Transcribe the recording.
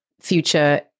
future